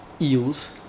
eels